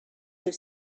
have